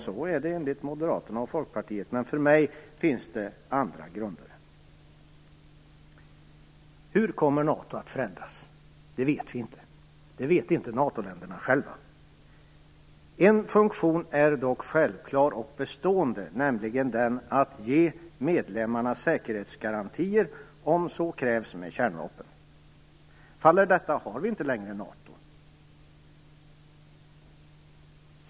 Så är det enligt Moderaterna och Folkpartiet, men för mig finns det andra grunder. Hur kommer NATO att förändras? Det vet vi inte. Det vet inte NATO-länderna själva. En funktion är dock självklar och bestående, nämligen att ge medlemmarna säkerhetsgarantier, om så krävs med kärnvapen. Faller detta har vi inte längre NATO.